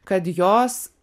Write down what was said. kad jos